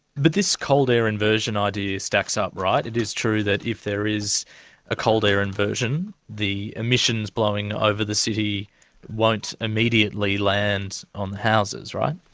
but this cold air inversion idea stacks up, right? it is true that if there is a cold air inversion, the emissions blowing over the city won't immediately land on the houses, right?